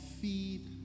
feed